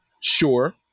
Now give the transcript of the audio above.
sure